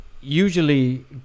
usually